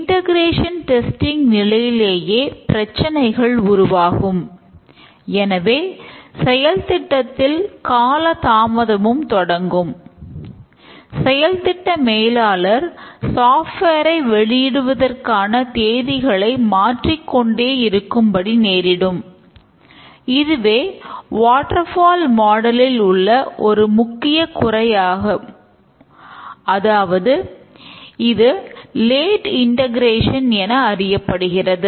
integration testing என அறியப்படுகிறது